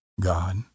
God